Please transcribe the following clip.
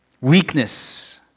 Weakness